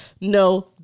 no